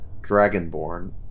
dragonborn